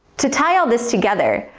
to tie all this together,